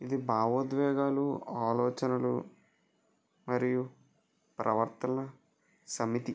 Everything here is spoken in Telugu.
ఇది భావోద్వేగాలు ఆలోచనలు మరియు ప్రవర్తన సమితి